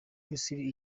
misiri